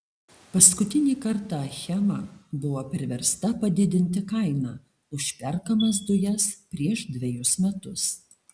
paskutinį kartą achema buvo priversta padidinti kainą už perkamas dujas prieš dvejus metus